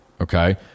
Okay